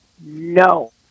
no